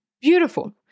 Beautiful